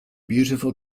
beautiful